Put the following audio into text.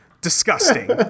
Disgusting